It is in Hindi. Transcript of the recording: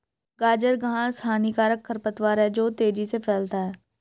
गाजर घास हानिकारक खरपतवार है जो तेजी से फैलता है